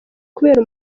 kubera